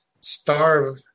starve